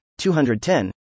210